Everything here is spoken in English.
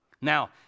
Now